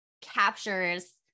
captures